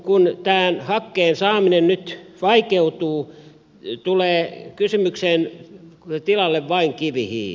kun tämän hakkeen saaminen nyt vaikeutuu tulee kysymykseen tilalle vain kivihiili